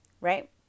right